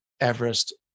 Everest